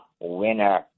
winner